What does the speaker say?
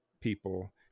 people